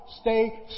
Stay